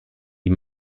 die